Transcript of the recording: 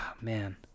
man